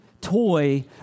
toy